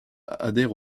adhère